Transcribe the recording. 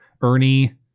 Ernie